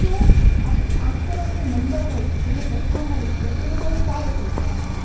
તો આપણી આંખોનાં જે નંબર હોય છે જેને ચશ્મા હોય છે એ લોકોને સારું થઈ જાય છે